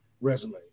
resume